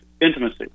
Intimacy